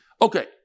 Okay